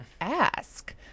ask